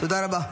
תודה רבה.